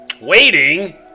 Waiting